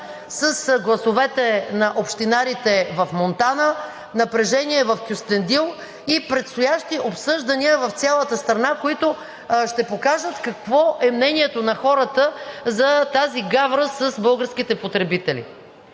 с гласовете на общинарите в Монтана, напрежение в Кюстендил и предстоящи обсъждания в цялата страна, които ще покажат какво е мнението на хората за тази гавра с българските потребители.